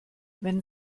wenn